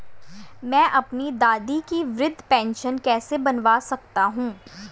मैं अपनी दादी की वृद्ध पेंशन कैसे बनवा सकता हूँ?